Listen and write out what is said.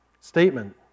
Statement